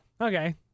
okay